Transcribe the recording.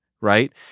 right